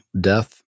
death